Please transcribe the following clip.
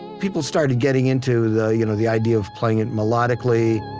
people started getting into the you know the idea of playing it melodically